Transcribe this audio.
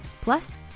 Plus